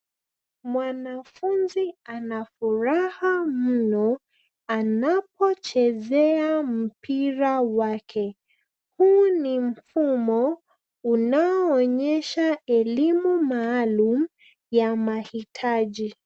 Mwanafunzi anafuraha mno anapochezea mpira wake. Huu ni mfumo unaoonyesha elimu maalum ya mahitaji.